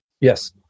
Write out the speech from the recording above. Yes